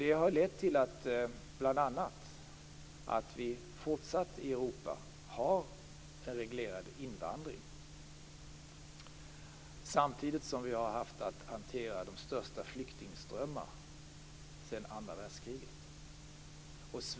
Detta har bl.a. lett till att vi i Europa fortsatt har en reglerad invandring, samtidigt som vi har haft att hantera de största flyktingströmmarna sedan andra världskriget.